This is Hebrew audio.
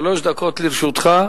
שלוש דקות לרשותך.